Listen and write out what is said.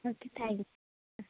okay thank you ആ